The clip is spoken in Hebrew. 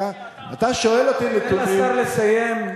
אתה שואל אותי נתונים, תן לשר לסיים.